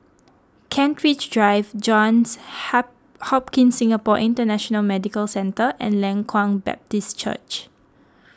Kent Ridge Drive Johns Ha Hopkins Singapore International Medical Centre and Leng Kwang Baptist Church